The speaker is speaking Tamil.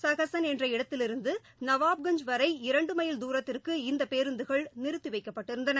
சகஸன் என்ற இடத்திலிருந்து நவாப்கஞ்ச் வரை இரண்டு மைல் தூரத்திற்கு இந்த பேருந்துகள் நிறுத்திவைக்கப்பட்டிருந்தன